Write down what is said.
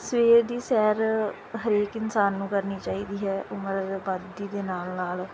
ਸਵੇਰ ਦੀ ਸੈਰ ਹਰੇਕ ਇਨਸਾਨ ਨੂੰ ਕਰਨੀ ਚਾਹੀਦੀ ਹੈ ਉਮਰ ਵਧਦੀ ਦੇ ਨਾਲ ਨਾਲ